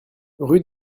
rue